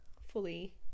fully